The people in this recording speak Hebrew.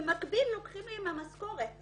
במקביל לוקחים לי מהמשכורת